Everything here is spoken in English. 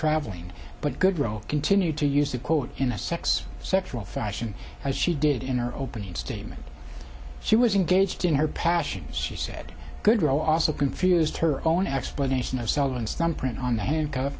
traveling but good role continue to use that quote in a sex sexual fashion as she did in her opening statement she was engaged in her passion she said good role also confused her own explanation of selling some print on the h